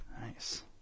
Nice